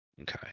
Okay